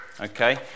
Okay